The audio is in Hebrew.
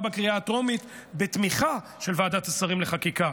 בקריאה הטרומית בתמיכה של ועדת השרים לחקיקה.